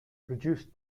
produced